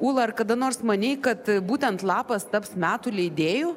ūla ar kada nors manei kad būtent lapas taps metų leidėju